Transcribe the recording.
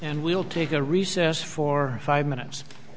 and we'll take a recess for five minutes